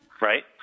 Right